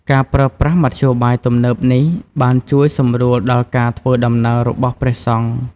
ការប្រើប្រាស់មធ្យោបាយទំនើបនេះ បានជួយសម្រួលដល់ការធ្វើដំណើររបស់ព្រះសង្ឃ។